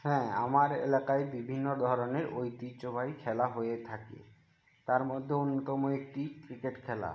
হ্যাঁ আমার এলাকায় বিভিন্ন ধরণের ঐতিহ্যবাহী খেলা হয়ে থাকে তার মধ্যে অন্যতম একটি ক্রিকেট খেলা